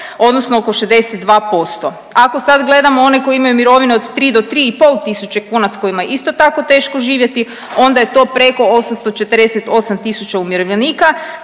odnosno oko 62%. Ako sad gledamo one koji imaju mirovinu od 3 do 3,5 tisuće kuna s kojima je isto tako teško živjeti onda je to preko 848 tisuća umirovljenika.